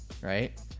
right